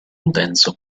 intenso